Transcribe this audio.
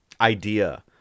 idea